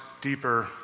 deeper